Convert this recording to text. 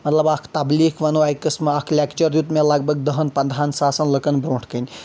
مطلب اَکھ تبلیٖکھ وَنو اَکہِ قٕسمہٕ اَکھ لیٚکچَر دیُت مےٚ لَگ بَگ دہَن پنٛدہَن ساسَن لُکَن برٛونٛٹھ کٔنۍ